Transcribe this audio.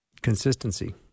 consistency